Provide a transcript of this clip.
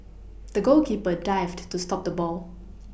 the goalkeeper dived to stop the ball